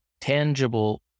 tangible